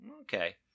Okay